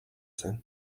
zen